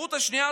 האפשרות השנייה,